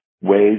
Ways